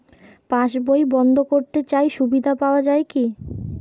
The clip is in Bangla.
পাশ বই বন্দ করতে চাই সুবিধা পাওয়া যায় কি?